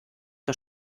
der